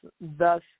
Thus